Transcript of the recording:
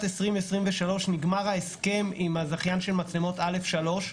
2023 נגמר ההסכם עם הזכיין של מצלמות א'3.